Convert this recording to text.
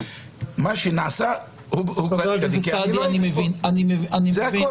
מה שנעשה הוא כדין כי אני לא הייתי פה.